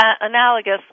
analogous